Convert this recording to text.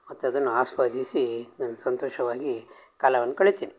ಮತ್ತು ಅದನ್ನು ಆಸ್ವಾದಿಸಿ ನಾನು ಸಂತೋಷವಾಗಿ ಕಾಲವನ್ನ ಕಳಿತೀನಿ